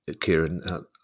Kieran